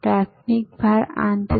તેથી ખોરાક હજુ પણ લગભગ ગરમ અને તાજો છે